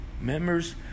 Members